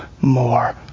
more